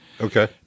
Okay